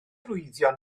arwyddion